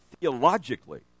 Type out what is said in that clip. theologically